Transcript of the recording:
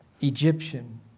Egyptian